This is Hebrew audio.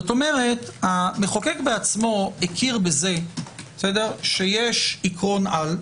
כלומר המחוקק בעצמו הכיר בזה שיש עיקרון על,